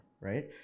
right